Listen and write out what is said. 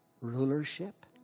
rulership